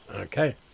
Okay